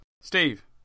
Steve